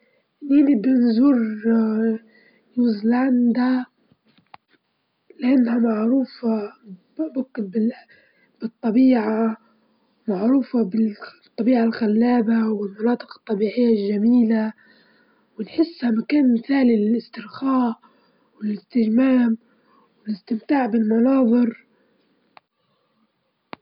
أجمل إجازة هي ليا هي أجازة الصيف لما نجدر نعدي لأماكن جديدة ، نستمتع بالأجواء الحارة والأنشطة الخارجية ونستمتع فيها لإن لإن نحس بالراحة بكل، ممكن نجدر ننسى من خلالها همومي ونعيش فيها اللحظة.